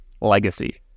legacy